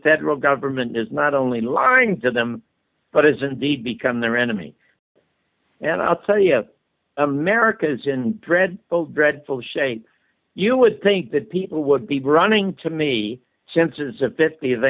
federal government is not only lying to them but is indeed become their enemy and i'll tell you america's in dread both dreadful shape you would think that people would be brining to me